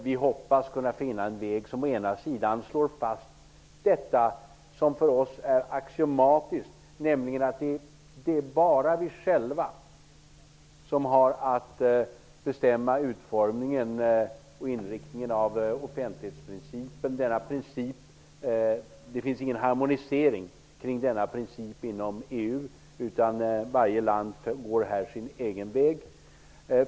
Vi hoppas att kunna finna en väg, som å ena sidan slår fast det som för oss är axiomatiskt, nämligen att bara vi själva har att bestämma utformningen och inriktningen av offentlighetsprincipen. Det finns ingen harmonisering kring denna princip inom EU, utan varje land går här sin egen väg.